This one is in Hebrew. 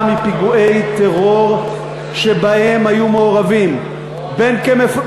מפיגועי טרור שבהם היו מעורבים בין כמפגעים,